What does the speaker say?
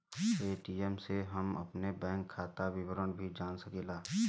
ATM से हम अपने बैंक खाता विवरण भी जान सकीला